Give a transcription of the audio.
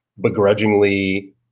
begrudgingly